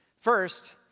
First